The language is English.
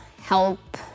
help